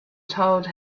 told